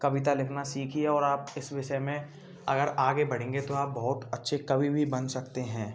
कविता लिखना सीखिए और आप इस विषय में अगर आगे बढ़ेंगे तो आप बहुत अच्छे कवि भी बन सकते हैं